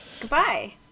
Goodbye